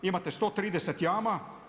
Imate 130 jama.